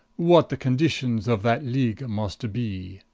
what the conditions of that league must be